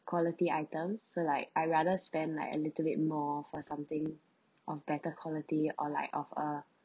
quality items so like I rather spend like a little bit more for something of better quality or like of uh